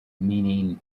meaning